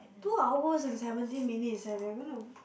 two hours and seventeen minute eh they're gonna